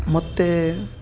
ಮತ್ತು